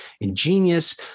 ingenious